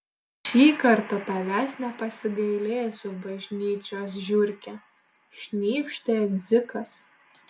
šį kartą tavęs nepasigailėsiu bažnyčios žiurke šnypštė dzikas